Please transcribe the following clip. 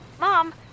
Mom